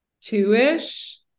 two-ish